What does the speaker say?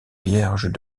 vierges